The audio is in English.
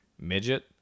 Midget